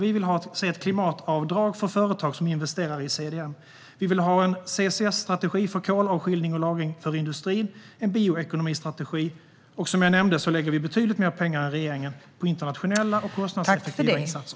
Vi vill se ett klimatavdrag för företag som investerar i CDM. Vi vill ha en CCS-strategi för kolavskiljning och lagring för industrin samt en bioekonomistrategi. Som jag nämnde lägger vi betydligt mer pengar än regeringen på internationella och kostnadseffektiva insatser.